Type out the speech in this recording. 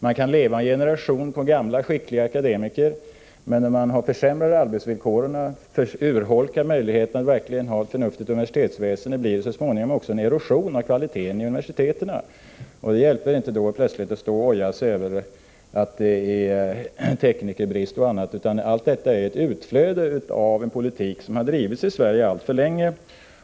Man kan leva en generation på gamla, skickliga akademiker, men när man har försämrat arbetsvillkoren och försökt att urholka möjligheterna att ha ett förnuftigt universitetsväsende blir det så småningom också en erosion av kvaliteten vid universiteten. Det hjälper då inte att plötsligt börja oja sig över teknikerbrist osv. — detta är ett utflöde av en politik som alltför länge har drivits i Sverige.